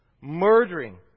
murdering